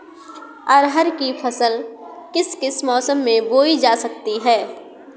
अरहर की फसल किस किस मौसम में बोई जा सकती है?